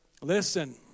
Listen